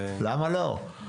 למה לא?